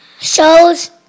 shows